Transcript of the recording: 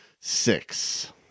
Six